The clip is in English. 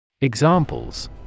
Examples